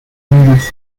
unidos